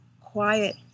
quiet